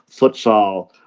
futsal